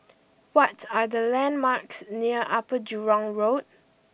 what are the landmarks near Upper Jurong Road